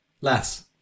Less